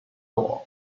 door